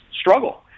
struggle